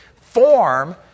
form